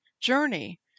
journey